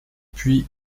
puis